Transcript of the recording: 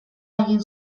egin